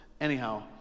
anyhow